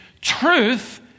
truth